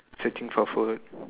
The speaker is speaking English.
searching for food